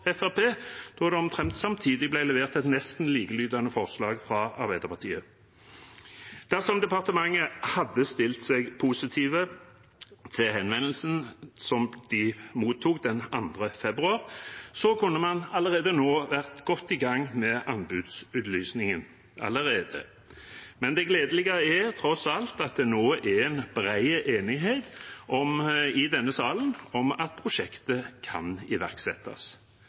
det omtrent samtidig ble levert et nesten likelydende forslag fra Arbeiderpartiet. Dersom departementet hadde stilt seg positive til henvendelsen de mottok 2. februar, kunne man allerede nå vært godt i gang med anbudsutlysningen, men det gledelige er tross alt at det nå er bred enighet i denne salen om at prosjektet kan iverksettes,